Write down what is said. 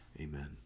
Amen